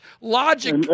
Logic